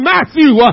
Matthew